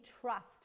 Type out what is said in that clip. Trust